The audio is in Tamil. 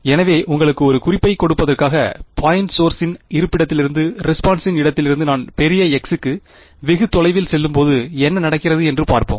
எனவே உங்களுக்கு ஒரு குறிப்பைக் கொடுப்பதற்காக பாயிண்ட் சோர்ஸின் இருப்பிடத்திலிருந்து ரெஸ்பான்ஸின் இடத்திலிருந்து நான் மிகப் பெரிய x க்கு வெகு தொலைவில் செல்லும்போது என்ன நடக்கிறது என்று பார்ப்போம்